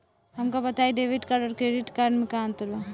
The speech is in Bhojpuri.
हमका बताई डेबिट कार्ड और क्रेडिट कार्ड में का अंतर बा?